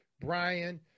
Brian